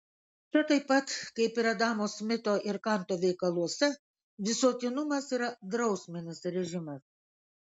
čia taip pat kaip adamo smito ir kanto veikaluose visuotinumas yra drausminis režimas